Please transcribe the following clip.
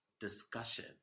discussion